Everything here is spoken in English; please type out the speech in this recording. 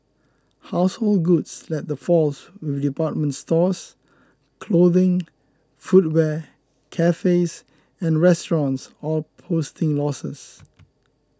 household goods led the falls with department stores clothing footwear cafes and restaurants all posting losses